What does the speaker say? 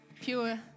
Pure